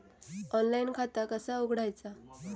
Online खाता कसा उघडायचा?